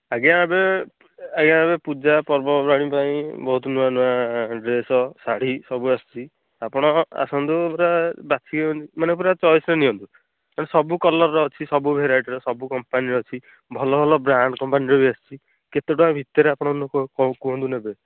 ଆଜ୍ଞା ଏବେ ଆଜ୍ଞା ଏବେ ପୂଜା ପର୍ବପର୍ବାଣି ପାଇଁ ବହୁତ ନୂଆ ନୂଆ ଡ୍ରେସ୍ ଶାଢ଼ୀ ସବୁ ଆସିଛି ଆପଣ ଆସନ୍ତୁ ପୁରା ବାଛି ମାନେ ପୁରା ଚଏସ୍ରେ ନିଅନ୍ତୁ ସବୁ କଲର୍ର ଅଛି ସବୁ ଭେରାଇଟିର ସବୁ କମ୍ପାନୀର ଅଛି ଭଲ ଭଲ ବ୍ରାଣ୍ଡ୍ କମ୍ପାନୀର ବି ଆସିଛି କେତେ ଟଙ୍କା ଭିତରେ ଆପଣଙ୍କୁ କ'ଣ କୁହନ୍ତୁ ନେବେ